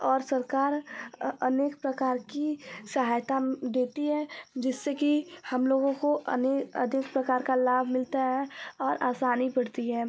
और सरकार अनेक प्रकार की सहायता देती है जिससे कि हम लोगों को अने अनेक प्रकार का लाभ मिलता है और आसानी पड़ती है